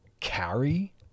carry